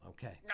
Okay